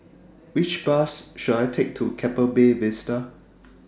Which Bus should I Take to Keppel Bay Vista